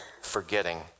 forgetting